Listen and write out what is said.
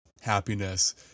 happiness